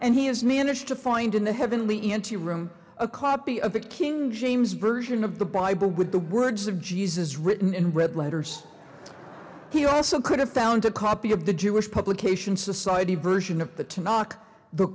and he has managed to find in the heavenly into room a copy of the king james version of the bible with the words of jesus written in red letters he also could have found a copy of the jewish publication society version of the to knock the